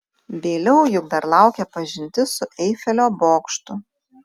vėliau juk dar laukia pažintis su eifelio bokštu